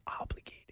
obligated